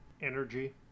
Energy